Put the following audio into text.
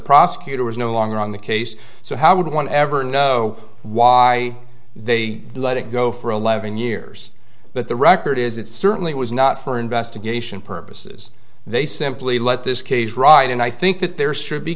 prosecutor was no longer on the case so how would one ever know why they let it go for eleven years but the record is it certainly was not for investigation purposes they simply let this case right and i think that there should be